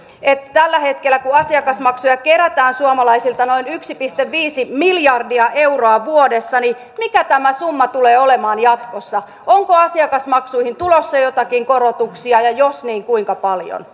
tällä hetkellä kun asiakasmaksuja kerätään suomalaisilta noin yksi pilkku viisi miljardia euroa vuodessa niin mikä tämä summa tulee olemaan jatkossa onko asiakasmaksuihin tulossa jotakin korotuksia ja jos niin kuinka paljon